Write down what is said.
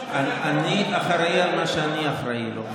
אני אחראי על מה שאני אחראי לו.